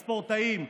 הספורטאים,